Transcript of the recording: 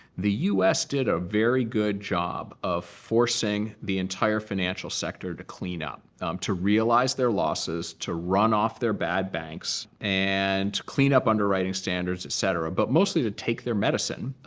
the us did a very good job of forcing the entire financial sector to clean up to realize their losses, to run off their bad banks, and to clean up underwriting standards, et cetera, but mostly to take their medicine.